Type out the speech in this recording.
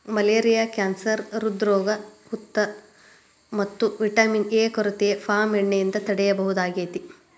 malaria cancer ಹ್ರೃದ್ರೋಗ ಮತ್ತ vitamin A ಕೊರತೆನ ಪಾಮ್ ಎಣ್ಣೆಯಿಂದ ತಡೇಬಹುದಾಗೇತಿ